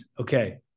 Okay